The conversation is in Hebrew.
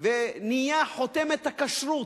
ונהיה חותמת הכשרות,